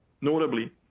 notably